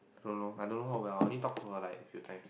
don't know I don't know her well I only talk to her like a few times